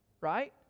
right